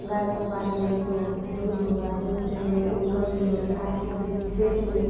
गाय को पालेंगे तो दूध होगा दूध से इनकम भी होगी आज की डेट डेट में